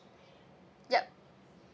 yup